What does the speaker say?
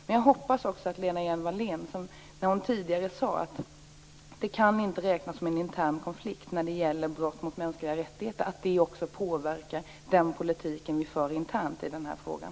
Men jag hoppas också att det som Lena Hjelm-Wallén tidigare sade, att brott mot mänskliga rättigheter inte kan räknas som en intern konflikt, också påverkar den politik vi för internt i den här frågan.